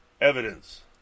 evidence